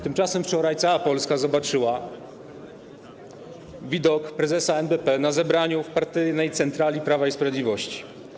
Tymczasem wczoraj cała Polska zobaczyła widok prezesa NBP na zebraniu w partyjnej centrali Prawa i Sprawiedliwości.